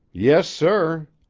yes, sir.